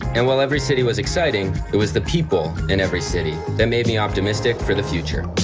and while every city was exciting it was the people in every city that made me optimistic for the future.